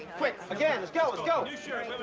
quick, again, let's go, let's go!